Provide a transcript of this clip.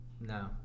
No